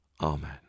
Amen